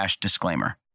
disclaimer